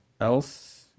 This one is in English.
else